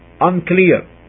unclear